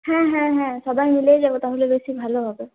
হ্যাঁ হ্যাঁ হ্যাঁ সবাই মিলেই যাব তাহলে বেশি ভালো হবে